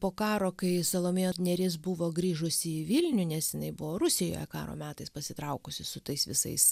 po karo kai salomėja nėris buvo grįžusi į vilnių nes jinai buvo rusijoje karo metais pasitraukusi su tais visais